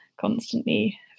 constantly